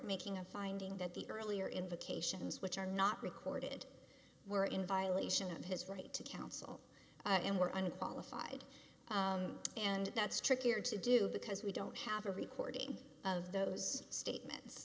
making a finding that the earlier invocations which are not recorded were in violation of his right to counsel and were unqualified and that's trickier to do because we don't have a recording of those statement